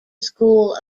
school